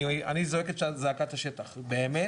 אני זועק את זעקת השטח באמת,